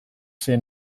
zen